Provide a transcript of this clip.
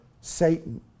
Satan